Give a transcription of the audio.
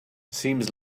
seems